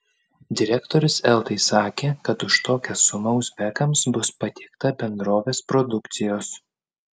direktorius eltai sakė kad už tokią sumą uzbekams bus patiekta bendrovės produkcijos